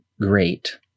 great